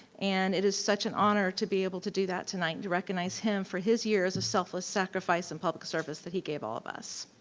and it is such an honor to be able to do that tonight, to recognize him for his years of selfless sacrifice and public service that he gave all of us.